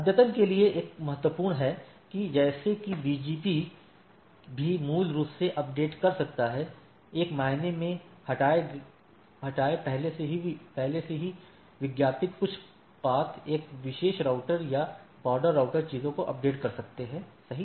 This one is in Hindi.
अद्यतन के लिए एक महत्वपूर्ण है जैसे कि बीजीपी भी मूल रूप से अपडेट कर सकता है एक मायने में हटाएं पहले से ही विज्ञापित कुछ पथ एक विशेष राउटर या बॉर्डर राउटर चीजों को अपडेट कर सकते हैं सही